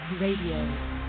Radio